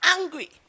angry